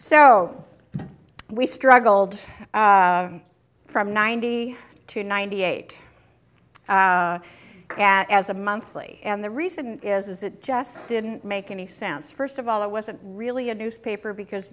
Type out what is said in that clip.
so we struggled from ninety to ninety eight as a monthly and the reason is it just didn't make any sense first of all it wasn't really a newspaper because